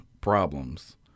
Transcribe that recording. problems